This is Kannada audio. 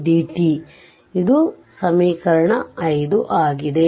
5 ಇದು ಸಮೀಕರಣ 5 ಆಗಿದೆ